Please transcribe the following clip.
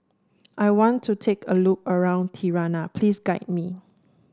I want to take a look around Tirana please guide me